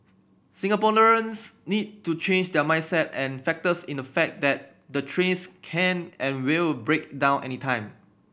Singaporeans need to change their mindset and factors in the fact that the trains can and will break down anytime